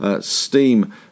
steam